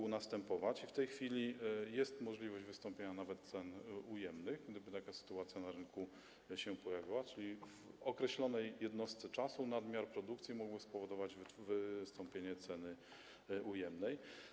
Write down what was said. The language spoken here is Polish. I w tej chwili jest możliwość wystąpienia nawet cen ujemnych, gdyby taka sytuacja na rynku się pojawiła, czyli w określonej jednostce czasu nadmiar produkcji mógłby spowodować wystąpienie ceny ujemnej.